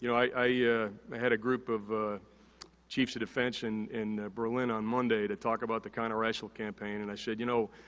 you know i yeah had a group of chiefs of defense and in berlin on monday to talk about the counter-isil campaign and i said, you know,